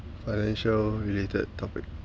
financial related topic